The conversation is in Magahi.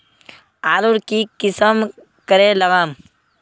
आलूर की किसम करे लागम?